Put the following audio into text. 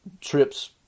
Trips